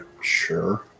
sure